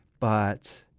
but,